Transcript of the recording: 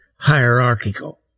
hierarchical